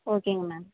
ஓகேங்க மேம்